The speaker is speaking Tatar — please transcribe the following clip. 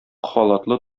халатлы